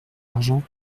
l’argent